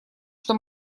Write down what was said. что